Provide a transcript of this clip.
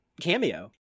cameo